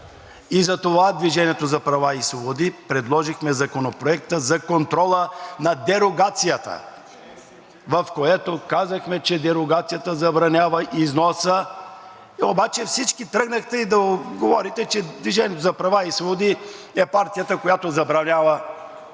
Затова от „Движение за права и свободи“ предложихме Законопроекта за контрола на дерогацията, в който казахме, че дерогацията забранява износа. Обаче всички тръгнахте да говорите, че „Движение за права и свободи“ е партията, която забранява износа